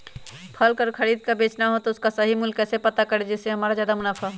फल का खरीद का बेचना हो तो उसका सही मूल्य कैसे पता करें जिससे हमारा ज्याद मुनाफा हो?